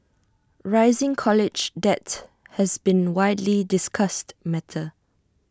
rising college debt has been A widely discussed matter